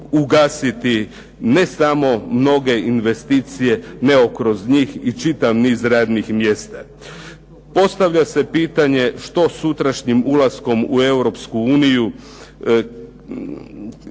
ugasiti ne samo mnoge investicije nego kroz njih i čitav niz radnih mjesta. Postavlja se pitanje što sutrašnjim ulaskom u Europsku